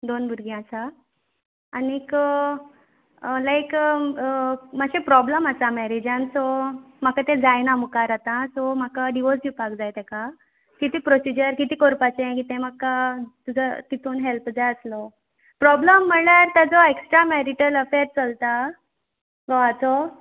दोन भुरगीं आसा आनीक लायक मातशें प्रोब्लेम आसा मेरेजान सो म्हाका तें जायना मुखार आतां सो म्हाका डिवोर्स दिवपा जाय तेका कितें प्रोसीजर कितें कोरपाचें कितें म्हाका तेतून हेल्प जाय आसलो प्रोब्लम म्हणल्यार तेचो एकश्ट्रा मेरीटल अफेर चलता घोवाचो